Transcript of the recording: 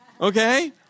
okay